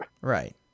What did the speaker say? Right